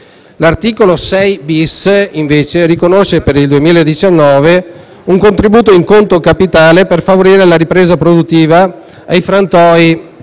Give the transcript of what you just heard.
L'articolo 6-*bis* riconosce invece per il 2019 un contributo in conto capitale, per favorire la ripresa produttiva, ai frantoi